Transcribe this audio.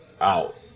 out